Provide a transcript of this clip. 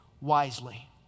wisely